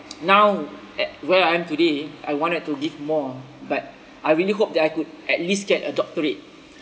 now at where I am today I wanted to give more but I really hope that I could at least get a doctorate